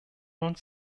uns